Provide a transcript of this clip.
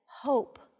hope